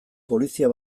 polizia